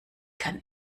kann